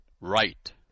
right